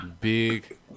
big